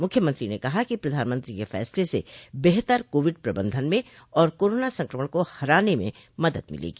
मुख्यमंत्री ने कहा कि प्रधानमंत्री के फैसले से बेहतर कोविड प्रबंधन में और कोरोना संक्रमण का हराने में मदद मिलेगी